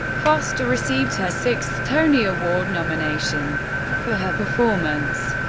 foster received her sixth tony award nomination for her performance.